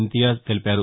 ఇంతియాజ్ తెలిపారు